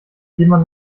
jemand